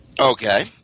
Okay